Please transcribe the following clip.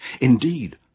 Indeed